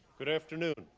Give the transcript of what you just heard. good afternoon.